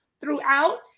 throughout